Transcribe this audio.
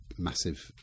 massive